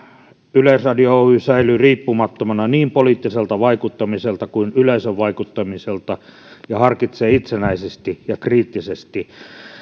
yleisradio oy säilyy riippumattomana niin poliittisesta vaikuttamisesta kuin yleensä vaikuttamisesta ja harkitsee itsenäisesti ja kriittisesti